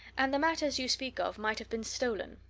and the matters you speak of might have been stolen.